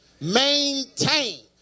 maintain